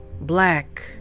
black